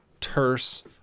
terse